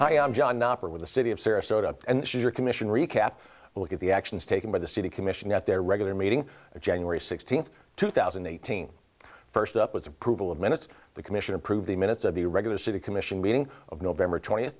hi i'm john knopper with the city of sarasota and your commission recap a look at the actions taken by the city commission at their regular meeting january sixteenth two thousand and eighteen first up was approval of minutes the commission approved the minutes of the regular city commission meeting of november twent